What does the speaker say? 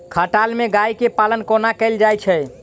खटाल मे गाय केँ पालन कोना कैल जाय छै?